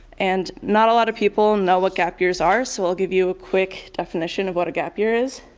and, not a lot of people know what gap years are, so i'll give you a quick definition of what a gap year is.